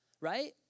right